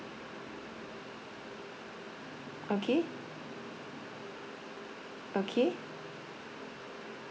okay okay